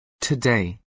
today